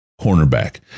cornerback